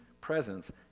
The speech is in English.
presence